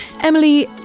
Emily